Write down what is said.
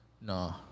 No